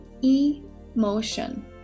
e-motion